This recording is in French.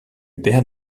père